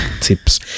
tips